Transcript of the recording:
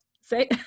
say